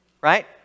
Right